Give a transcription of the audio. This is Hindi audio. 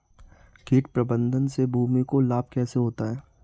कीट प्रबंधन से भूमि को लाभ कैसे होता है?